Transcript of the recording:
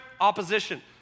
Opposition